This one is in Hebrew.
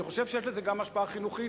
אני חושב שיש לזה גם השפעה חינוכית,